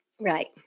Right